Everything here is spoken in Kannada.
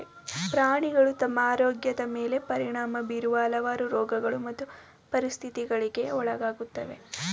ಪ್ರಾಣಿಗಳು ತಮ್ಮ ಆರೋಗ್ಯದ್ ಮೇಲೆ ಪರಿಣಾಮ ಬೀರುವ ಹಲವಾರು ರೋಗಗಳು ಮತ್ತು ಪರಿಸ್ಥಿತಿಗಳಿಗೆ ಒಳಗಾಗುತ್ವೆ